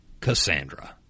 Cassandra